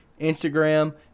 Instagram